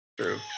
True